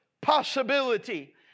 possibility